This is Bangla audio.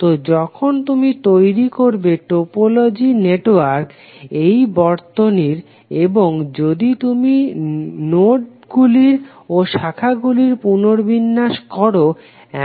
তো যখন তুমি তৈরি করবে টোপোলজি নেটওয়ার্ক এই বর্তনীর এবং যদি তুমি নোডগুলির ও শাখাগুলির পুনর্বিন্যাস করো